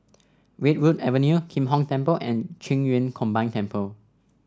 Redwood Avenue Kim Hong Temple and Qing Yun Combined Temple